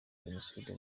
jenocide